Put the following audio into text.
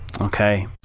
okay